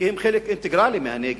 כי הם חלק אינטגרלי מהנגב.